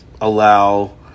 allow